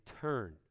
turn